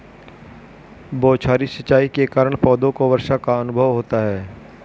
बौछारी सिंचाई के कारण पौधों को वर्षा का अनुभव होता है